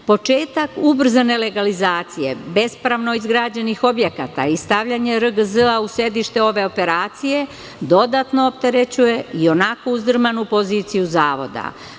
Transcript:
Početak ubrzane legalizacije bespravno izgrađenih objekata i stavljanje RGZ u sedište ove operacije dodatno opterećuje i onako uzdrmanu poziciju zavoda.